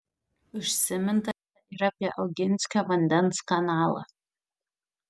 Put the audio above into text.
užsiminta ir apie oginskio vandens kanalą